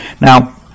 Now